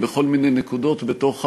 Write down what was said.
השר המקשר בין הממשלה לכנסת,